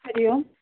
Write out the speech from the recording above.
हरिः ओम्